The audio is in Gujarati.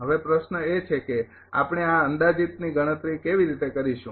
હવે પ્રશ્ન એ છે કે આપણે આ અંદાજીતની ગણતરી કેવી રીતે કરીશું